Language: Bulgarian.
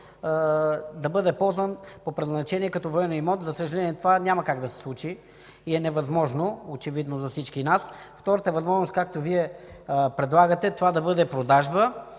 да бъде ползван по предназначение като военен имот. За съжаление това няма как да се случи. Очевидно за всички нас е невъзможно. Втората възможност, както Вие предлагате, е това да бъде продажба.